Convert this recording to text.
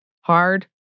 Hard